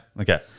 Okay